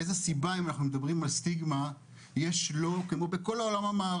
הסיבה שיש סטיגמה והיא כל כך